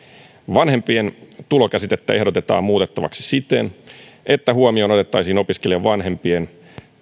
vanhempien tulokäsitettä ehdotetaan muutettavaksi siten että huomioon otettaisiin opiskelijan vanhempien